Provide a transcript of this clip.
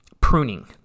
pruning